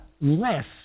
less